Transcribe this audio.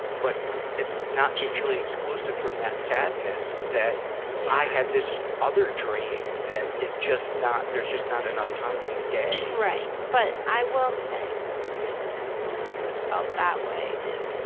but it's not mutually exclusive from that sadness that yeah i had this other dream that is just not, there's just not enough time in the day n right, but, i will say speaking as someone who has felt that way and